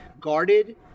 guarded